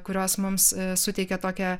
kurios mums suteikia tokią